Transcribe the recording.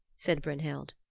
said brynhild.